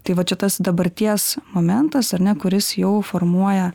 tai va čia tas dabarties momentas ar ne kuris jau formuoja